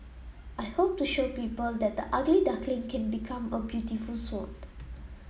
I hope to show people that the ugly duckling can become a beautiful swan